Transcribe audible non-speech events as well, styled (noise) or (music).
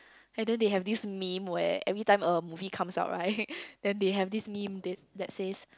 add they have this meme where every time a movie comes out right (laughs) then they have this meme that that says